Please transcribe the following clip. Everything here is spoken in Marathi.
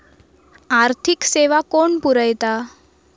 आर्थिक सेवा कोण पुरयता?